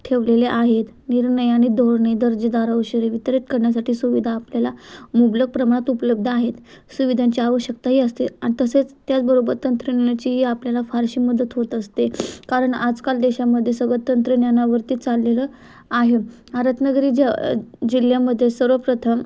ठेवलेले आहेत निर्णय आणि धोरणे दर्जेदार औशरे वितरित करण्यासाठी सुविधा आपल्याला मुबलक प्रमाणात उपलब्ध आहेत सुविधांची आवश्यकताही असते आणि तसेच त्याचबरोबर तंत्रज्ञानाची ही आपल्याला फारशी मदत होत असते कारण आजकाल देशामध्ये सगळं तंत्रज्ञानावरती चाललेलं आहे आ रत्नागिरी ज जिल्ह्यामध्ये सर्वप्रथम